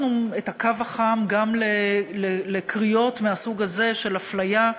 פתחנו את הקו החם גם לקריאות מהסוג הזה, של אפליה,